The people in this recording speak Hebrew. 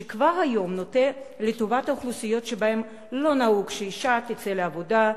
שכבר היום נוטה לטובת האוכלוסיות שבהן לא נהוג שאשה תצא לעבודה,